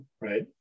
right